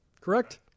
Correct